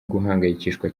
guhangayikishwa